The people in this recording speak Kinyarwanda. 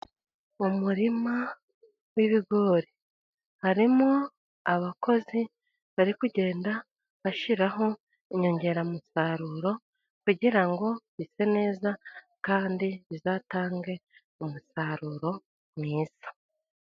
Umurima w'ibigori, harimo abakozi bari kugenda bashyiraho inyongeramusaruro, kugira ngo bise neza kandi bizatange umusaruro mwiza.